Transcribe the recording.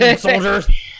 soldiers